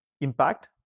impact